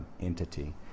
entity